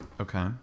Okay